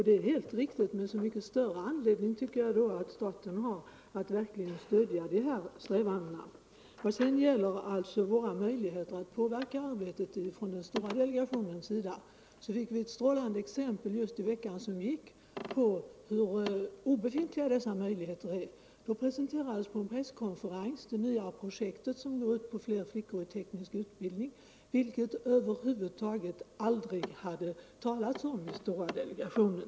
Det är alldeles riktigt, men så mycket större anledning då för staten att verkligen stödja dessa strävanden! När det sedan gäller möjligheterna för oss i den stora delegationen att påverka arbetet fick vi i veckan som gick ett strålande exempel just på hur obefintliga dessa möjligheter är. Då presenterades på en presskonferens det nya projekt som går ut på fler flickor i teknisk utbildning, men det projektet har det över huvud taget aldrig talats om i den stora delegationen.